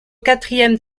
quatrième